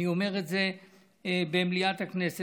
אני אומר את זה במליאת הכנסת.